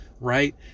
right